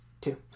Two